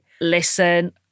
Listen